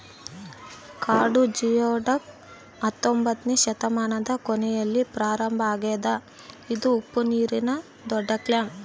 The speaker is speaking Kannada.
ಕಾಡು ಜಿಯೊಡಕ್ ಹತ್ತೊಂಬೊತ್ನೆ ಶತಮಾನದ ಕೊನೆಯಲ್ಲಿ ಪ್ರಾರಂಭ ಆಗ್ಯದ ಇದು ಉಪ್ಪುನೀರಿನ ದೊಡ್ಡಕ್ಲ್ಯಾಮ್